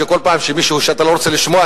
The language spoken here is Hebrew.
שכל פעם שמישהו שאתה לא רוצה לשמוע,